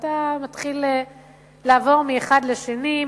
ואתה מתחיל לעבור מאחד לשני,